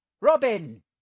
Robin